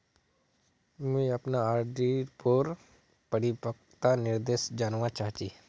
मुई अपना आर.डी पोर अपना परिपक्वता निर्देश जानवा चहची